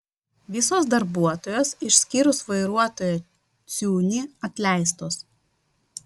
visos darbuotojos išskyrus vairuotoją ciūnį atleistos